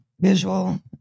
visual